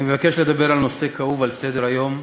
אני מבקש לדבר על נושא כאוב שעל סדר-היום.